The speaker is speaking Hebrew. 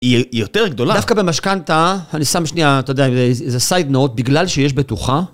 היא יותר גדולה. דווקא במשכנתא, אני שם שנייה, אתה יודע, איזה סייד נוט, בגלל שיש בטוחה.